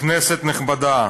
כנסת נכבדה,